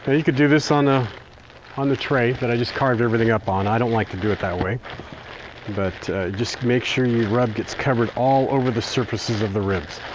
ah you could do this on ah the the tray that i just carved everything up on. i don't like to do it that way but just make sure your rub gets covered all over the surfaces of the ribs.